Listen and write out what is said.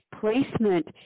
placement